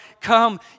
Come